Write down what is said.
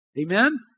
Amen